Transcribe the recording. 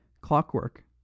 Clockwork